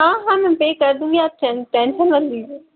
हाँ हाँ ma'am pay कर दूँगी आपचेन टेन्सन मत लीजिए